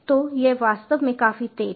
तो यह वास्तव में काफी तेज है